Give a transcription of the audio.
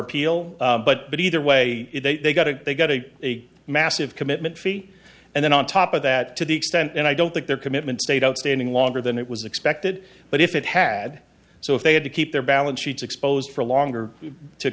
appeal but either way they got it they got a massive commitment fee and then on top of that to the extent and i don't think their commitment stayed outstanding longer than it was expected but if it had so if they had to keep their balance sheets exposed for longer to